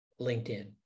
linkedin